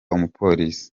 umupolisi